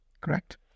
Correct